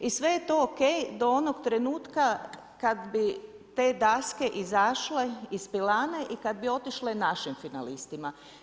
I sve je to ok, do onog trenutka, kad bi te daske izašle iz pilane i kad bi otišle našim finalistima.